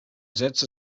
setzte